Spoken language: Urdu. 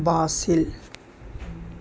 باسل